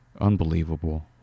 unbelievable